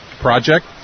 project